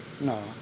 No